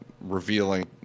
revealing